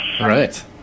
Right